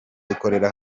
dukorere